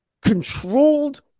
controlled